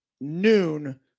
noon